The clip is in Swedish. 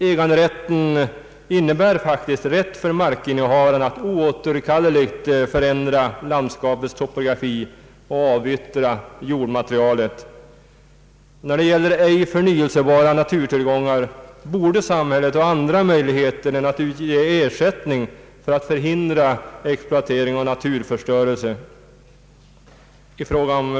Äganderätten innebär faktiskt rätt för markinnehavaren att oåterkalleligt förändra landskapets topografi och avyttra jordmaterialet. När det gäller ej förnyelsebara naturtillgångar borde samhället ha andra möjligheter än att utge ersättning för att förhindra exploatering och naturförstörelse.